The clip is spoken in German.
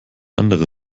andere